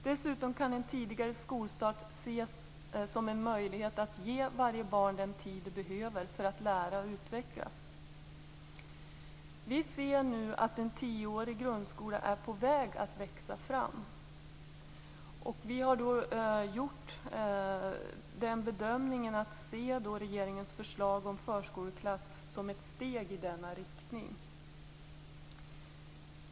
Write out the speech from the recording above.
Dessutom kan en tidigare skolstart ses som en möjlighet att ge varje barn den tid det behöver för att lära och utvecklas. Vi ser nu att en tioårig grundskola är på väg att växa fram. Vi har gjort den bedömningen att man kan se regeringens förslag om förskoleklasser som ett steg i denna riktning.